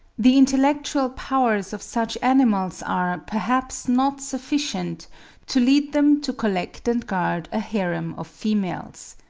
the intellectual powers of such animals are, perhaps, not sufficient to lead them to collect and guard a harem of females.